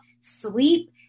sleep